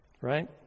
Right